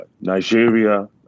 Nigeria